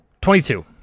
Twenty-two